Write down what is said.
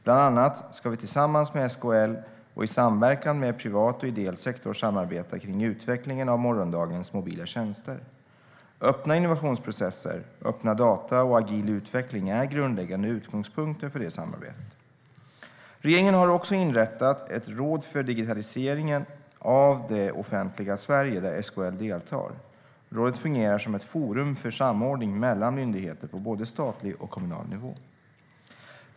Bland annat ska vi tillsammans med SKL och i samverkan med privat och ideell sektor samarbeta kring utvecklingen av morgondagens mobila e-tjänster. Öppna innovationsprocesser, öppna data och agil utveckling är grundläggande utgångspunkter för det samarbetet. Regeringen har också inrättat ett råd för digitalisering av det offentliga Sverige där SKL deltar. Rådet fungerar som ett forum för samordning mellan myndigheter på både statlig och kommunal nivå.